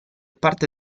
parte